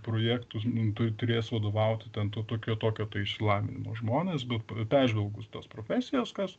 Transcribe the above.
projektus nu tu turės vadovauti ten to tokio tokio išsilavinimo žmonės bet pe peržvelgus tas profesijas kas